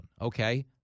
Okay